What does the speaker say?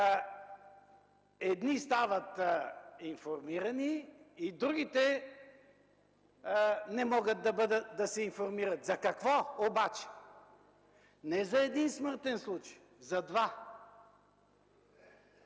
едни стават информирани, а другите не могат да се информират. За какво обаче? Не за един смъртен случай, а за два